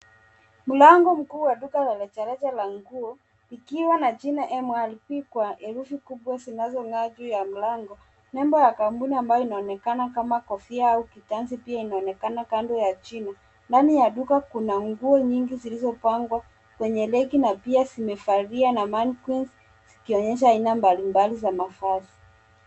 Mlango mkuu wa duka la rejareja la nguo likiwa na jina MYP kwa herufi kubwa zinazongaa juu ya mlango. Nembo ya kampuni inayoonekana kama kofia au kitanzi pia inaonekana Kando ya jina. Ndani ya duka kuna nguo nyingi zilizopangwa kwenye leni zikionyesha aina mbali mbali za mavazi.